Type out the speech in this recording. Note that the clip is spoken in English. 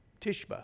Tishba